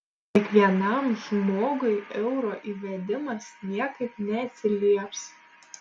kiekvienam žmogui euro įvedimas niekaip neatsilieps